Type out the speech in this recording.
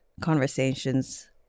conversations